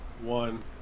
one